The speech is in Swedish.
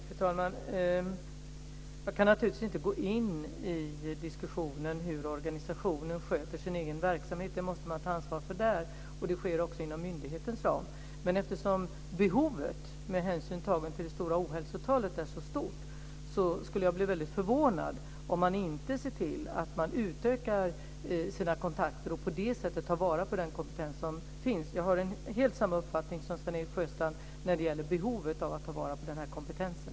Fru talman! Jag kan naturligtvis inte gå in i en diskussion om hur organisationen sköter sin egen verksamhet. Det måste man ta ansvar för där, och det sker också inom myndighetens ram. Men eftersom behovet med hänsyn tagen till det stora ohälsotalet är så stort skulle jag bli förvånad om man inte ser till att man utökar sina kontakter och på det sättet tar vara på den kompetens som finns. Jag har samma uppfattning som Sven-Erik Sjöstrand när det gäller behovet av att ta vara på kompetensen.